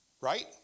Right